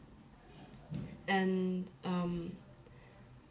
and um